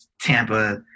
Tampa